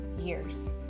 years